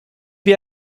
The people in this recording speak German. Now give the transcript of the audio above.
wir